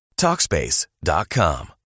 talkspace.com